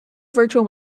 virtual